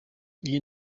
iyi